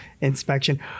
inspection